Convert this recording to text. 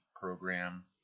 program